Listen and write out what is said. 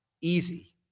Easy